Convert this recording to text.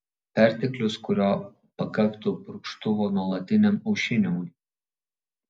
perteklius kurio pakaktų purkštuvo nuolatiniam aušinimui